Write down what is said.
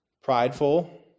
prideful